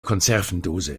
konservendose